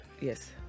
yes